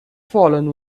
fallen